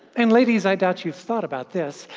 and ladies, i doubt you've thought about this,